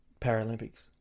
Paralympics